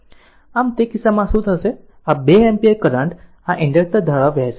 આમ તે કિસ્સામાં શું થશે આ 2 એમ્પીયર કરંટ આ ઇન્ડક્ટર દ્વારા વહેશે